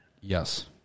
Yes